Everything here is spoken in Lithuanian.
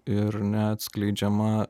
ir neatskleidžiama